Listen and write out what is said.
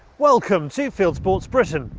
welcome to fieldsports britain.